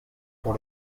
pour